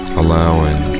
allowing